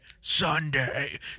Sunday